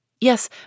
Yes